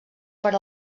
per